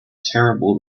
terrible